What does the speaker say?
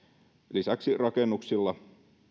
lisäksi rakennuksilla